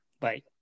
Bye